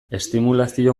estimulazio